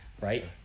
right